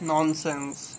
Nonsense